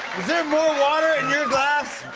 there more water in your glass?